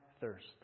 thirst